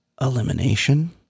elimination